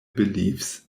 beliefs